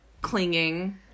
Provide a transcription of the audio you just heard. clinging